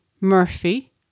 Murphy